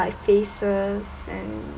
faces and